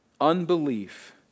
Unbelief